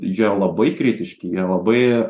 jie labai kritiški jie labai